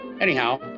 anyhow